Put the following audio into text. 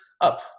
up